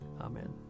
Amen